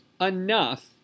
enough